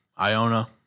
Iona